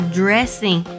dressing